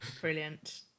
Brilliant